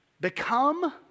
Become